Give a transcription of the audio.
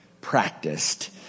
practiced